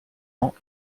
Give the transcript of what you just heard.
ans